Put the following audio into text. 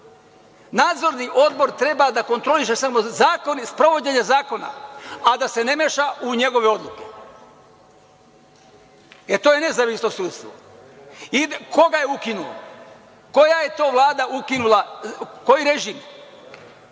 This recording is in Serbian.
Nadzorni odbor treba da kontroliše zakon i sprovođenje zakona, a da se ne meša u njegove odluke, to je nezavisno sudstvo. Ko ga je ukinuo? Koja je to Vlada ukinula, koji režim?